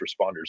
responders